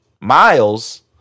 Miles